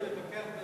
לא מפקח,